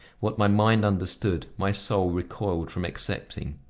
what my mind understood, my soul recoiled from accepting.